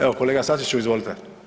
Evo, kolega Sačiću izvolite.